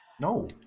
no